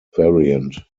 variant